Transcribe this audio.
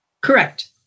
Correct